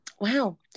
Wow